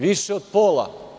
Više od pola.